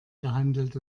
gehandelt